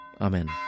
Amen